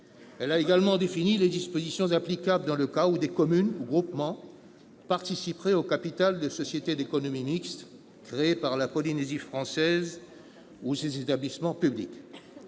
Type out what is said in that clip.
Elle a également défini les dispositions applicables dans le cas où des communes ou groupements participeraient au capital de sociétés d'économie mixte créées par la Polynésie française ou ses établissements publics.